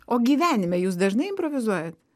o gyvenime jūs dažnai improvizuojat